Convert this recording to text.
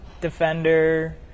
Defender